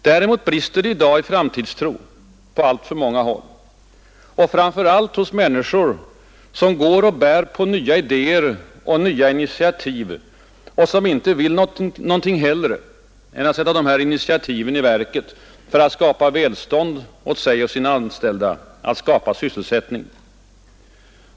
Däremot brister det i framtidstron på alltför många håll, framför allt hos människor, som går och bär på nya idéer och nya initiativ och som inte vill något hellre än att sätta dem i verket för att skapa välstånd åt sig och sina anställda — att skapa sysselsättning.